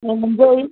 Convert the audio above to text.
न मुंहिंजो ई